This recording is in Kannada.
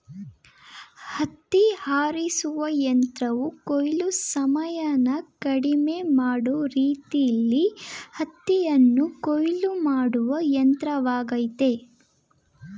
ಹತ್ತಿ ಆರಿಸುವ ಯಂತ್ರವು ಕೊಯ್ಲು ಸಮಯನ ಕಡಿಮೆ ಮಾಡೋ ರೀತಿಲೀ ಹತ್ತಿಯನ್ನು ಕೊಯ್ಲು ಮಾಡುವ ಯಂತ್ರವಾಗಯ್ತೆ